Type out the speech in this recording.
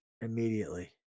Immediately